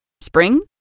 Spring